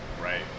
right